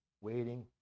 waiting